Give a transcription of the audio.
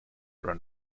run